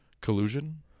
Collusion